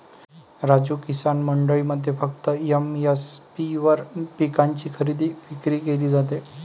राजू, किसान मंडईमध्ये फक्त एम.एस.पी वर पिकांची खरेदी विक्री केली जाते